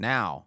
Now